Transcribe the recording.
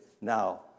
Now